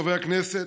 חברי הכנסת,